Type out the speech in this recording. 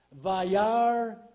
vayar